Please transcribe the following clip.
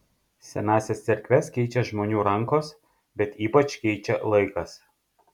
senąsias cerkves keičia žmonių rankos bet ypač keičia laikas